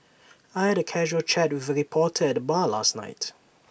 I had A casual chat with A reporter at the bar last night